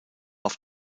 auf